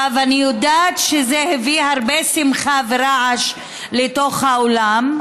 ואני יודעת שזה הביא הרבה שמחה ורעש לתוך האולם,